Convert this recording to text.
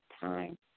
Time